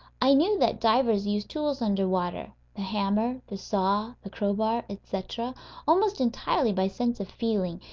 i knew that divers use tools under water the hammer, the saw, the crowbar, etc almost entirely by sense of feeling,